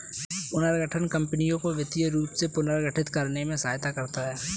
पुनर्गठन कंपनियों को वित्तीय रूप से पुनर्गठित करने में सहायता करता हैं